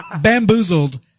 bamboozled